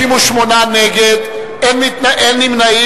32, נגד, 58, אין נמנעים.